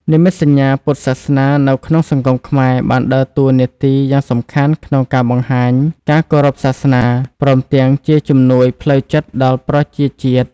និមិត្តសញ្ញាពុទ្ធសាសនានៅក្នុងសង្គមខ្មែរ បានដើរតួនាទីយ៉ាងសំខាន់ក្នុងការបង្ហាញការគោរពសាសនា ព្រមទាំងជាជំនួយផ្លូវចិត្តដល់ប្រជាជាតិ។